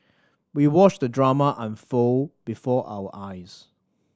we watched the drama unfold before our eyes